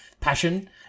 passion